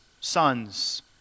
sons